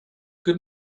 good